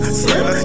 slip